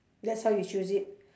that's how you choose it